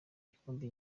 igikombe